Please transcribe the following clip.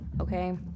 Okay